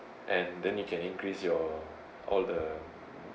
and then you can increase your all the